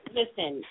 listen